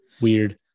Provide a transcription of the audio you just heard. Weird